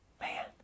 man